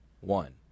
one